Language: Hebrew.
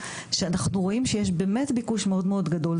שאנחנו רואים שיש באמת ביקוש מאוד מאוד גדול,